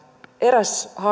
eräs